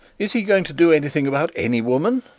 is he going to do anything about any woman?